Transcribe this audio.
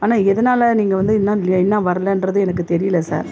ஆனால் எதனால் நீங்கள் வந்து இன்னும் லே இன்னும் வரலைன்றது எனக்கு தெரியல சார்